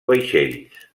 vaixells